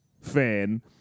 fan